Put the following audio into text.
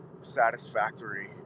satisfactory